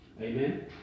Amen